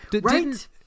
right